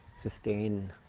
sustain